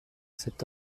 cet